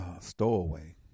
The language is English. Stowaway